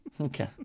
Okay